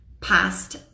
past